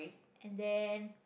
and then